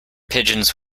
pigeons